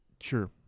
Sure